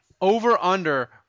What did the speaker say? over-under